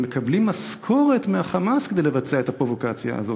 מקבלים משכורת מה"חמאס" כדי לעשות את הפרובוקציה הזאת?